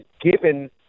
given